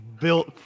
built